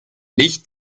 nicht